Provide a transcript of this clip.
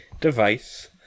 device